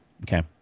Okay